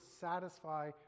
satisfy